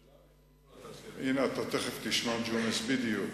ג'ומס, אתה תיכף תשמע בדיוק.